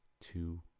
two